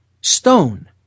stone